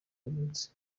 yavutse